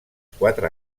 quatre